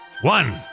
One